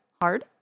hard